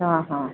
ହଁ ହଁ